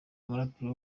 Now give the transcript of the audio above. umuraperi